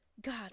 god